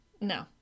No